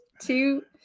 Two